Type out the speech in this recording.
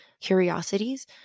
curiosities